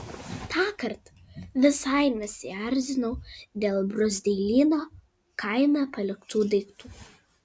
tąkart visai nesierzinau dėl bruzdeilyno kaime paliktų daiktų